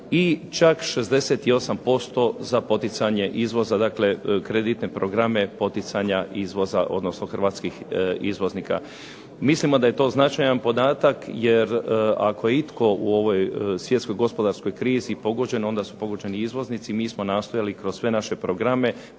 i čak 68% za poticanje izvoza, dakle kreditne programe poticanja izvoza, odnosno hrvatskih izvoznika. Mislimo da je to značajan podatak jer ako itko u ovoj svjetskoj gospodarskoj krizi onda su pogođeni izvoznici. Mi smo nastojali kroz sve naše programe